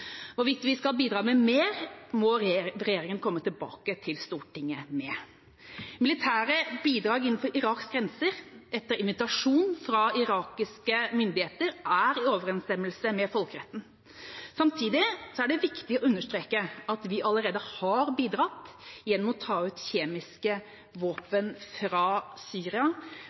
Hvorvidt vi skal bidra med mer, må regjeringa komme tilbake til Stortinget med. Militære bidrag innenfor Iraks grenser etter invitasjon fra irakiske myndigheter er i overensstemmelse med folkeretten. Samtidig er det viktig å understreke at vi allerede har bidratt gjennom å ta ut kjemiske våpen fra Syria.